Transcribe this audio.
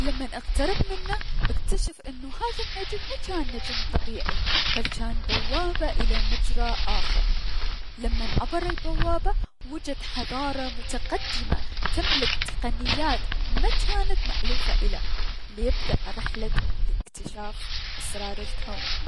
و لمن اقترب منه اكتشف انو هذا النجم مجان نجم طبيعي بل جان بوابة الى مجرى اخر لمن عبر البوابة, وجد حضارة متقدمةتملك تقنيات مجانت مألوفة ال ليبدأ رحلة الأكتشاف اسرار الكون.